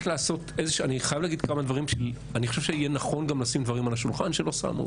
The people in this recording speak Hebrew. אני חושב שיהיה נכון לשים דברים על השולחן שלא שמו.